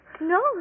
No